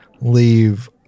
leave